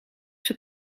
zijn